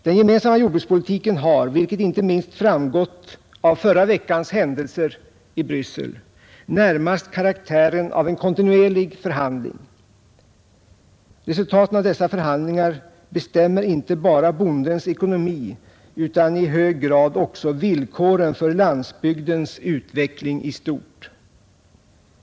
Den gemensamma jordbrukspolitiken har, vilket inte minst framgått av förra veckans händelser i Bryssel, närmast karaktär av en kontinuerlig förhandling. Resultaten av dessa förhand lingar bestämmer inte bara bondens ekonomi utan i hög grad också villkoren för landsbygdens utveckling i stort.